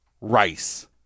rice